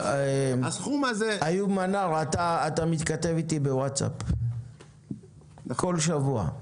איוב מנאר, אתה מתכתב איתי בווטסאפ בכל שבוע.